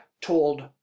Told